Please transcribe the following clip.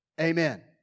Amen